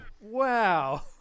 wow